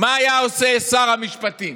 מה היה עושה שר המשפטים,